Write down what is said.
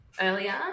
earlier